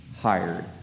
hired